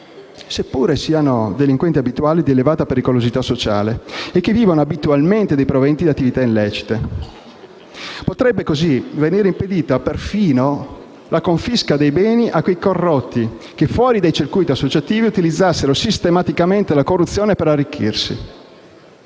seppure siano delinquenti abituali di elevata pericolosità sociale che vivono abitualmente dei proventi di attività illecite. Potrebbe così venire impedita persino la confisca dei beni a quei corrotti che, fuori dai circuiti associativi, utilizzassero sistematicamente la corruzione per arricchirsi.